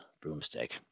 broomstick